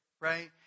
right